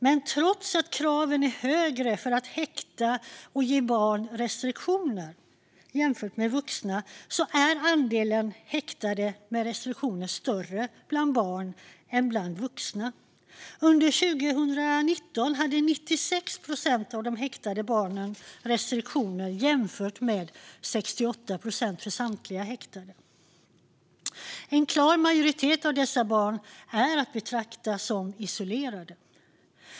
Men trots att kraven för att häkta barn och ge dem restriktioner är högre än för vuxna är andelen häktade med restriktioner större bland barn än bland vuxna. Under 2019 hade 96 procent av de häktade barnen restriktioner jämfört med 68 procent för samtliga häktade. En klar majoritet av dessa barn är att betrakta som isolerade.